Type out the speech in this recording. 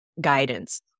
guidance